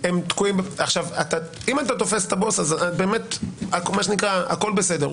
אם אתה תופס את הבוס, הכול בסדר.